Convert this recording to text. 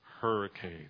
hurricane